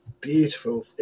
beautiful